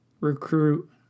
recruit